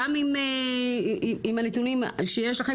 גם אם הנתונים שיש לכם,